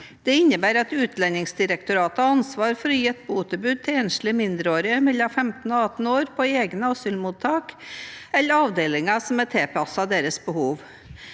Det innebærer at Utlendingsdirektoratet har ansvar for å gi et botilbud til enslige mindreårige mellom 15 år og 18 år på egne asylmottak eller avdelinger som er tilpasset behovene